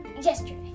Yesterday